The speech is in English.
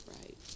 right